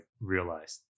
realized